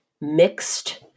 mixed